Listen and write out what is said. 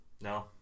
No